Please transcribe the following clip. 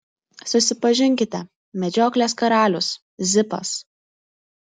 susipažinkite medžioklės karalius zipas